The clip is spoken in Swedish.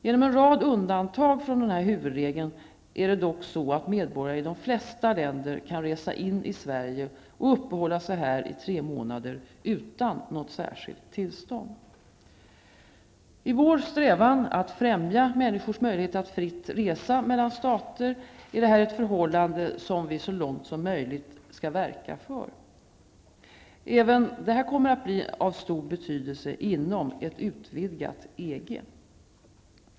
Genom en rad undantag från denna huvudregel är det dock så att medborgare i de flesta länder kan resa in i Sverige och uppehålla sig här i tre månader utan något särskilt tillstånd. I vår strävan att främja människors möjlighet att fritt resa mellan stater, är detta ett förhållande som vi så långt möjligt söker verka för. Även detta kommer att bli av stor betydelse inom ett utvidgat EG.